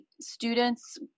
students